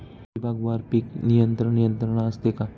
विभागवार पीक नियंत्रण यंत्रणा असते का?